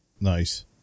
Nice